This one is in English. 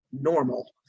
normal